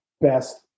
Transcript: best